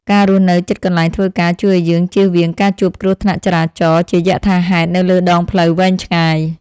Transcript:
ការរស់នៅជិតកន្លែងធ្វើការជួយឱ្យយើងជៀសវាងការជួបគ្រោះថ្នាក់ចរាចរណ៍ជាយថាហេតុនៅលើដងផ្លូវវែងឆ្ងាយ។